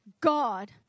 God